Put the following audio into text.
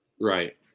Right